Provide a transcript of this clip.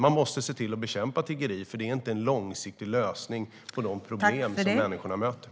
Man måste bekämpa tiggeri, för det är inte någon långsiktig lösning på de problem som de här människorna möter.